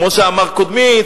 כמו שאמר קודמי,